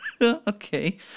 Okay